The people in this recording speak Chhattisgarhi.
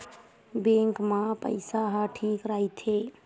बैंक मा पईसा ह ठीक राइथे?